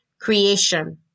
creation